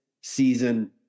season